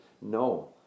No